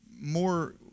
more